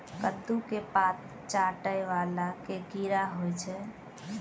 कद्दू केँ पात चाटय वला केँ कीड़ा होइ छै?